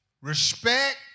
Respect